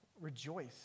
rejoice